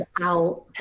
out